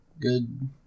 good